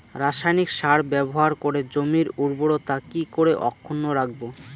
রাসায়নিক সার ব্যবহার করে জমির উর্বরতা কি করে অক্ষুণ্ন রাখবো